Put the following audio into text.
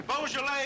Beaujolais